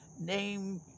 name